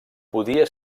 podia